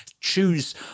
choose